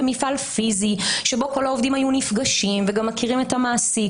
במפעל פיזי שבו כל העובדים היו נפגשים וגם מכירים את המעסיק.